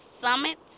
Summit